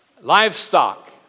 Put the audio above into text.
livestock